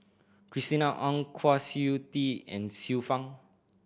Christina Ong Kwa Siew Tee and Xiu Fang